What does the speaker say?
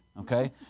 Okay